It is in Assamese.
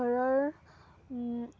ঘৰৰ